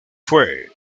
fue